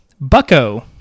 Bucko